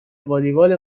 والیبال